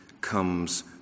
comes